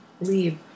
leave